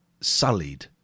sullied